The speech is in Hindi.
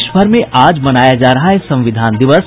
देश भर में आज मनाया जा रहा है संविधान दिवस